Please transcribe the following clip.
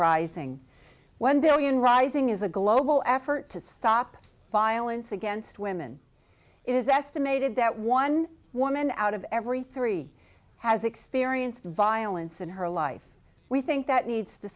rising one billion rising is a global effort to stop violence against women it is estimated that one woman out of every three has experienced violence in her life we think that needs to